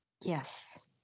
yes